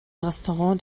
restaurant